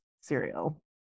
cereal